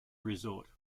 resort